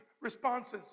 responses